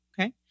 Okay